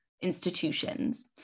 institutions